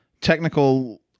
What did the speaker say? technical